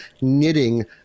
knitting